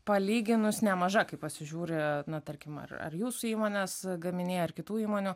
palyginus nemaža kai pasižiūri na tarkim ar jūsų įmonės gaminiai ar kitų įmonių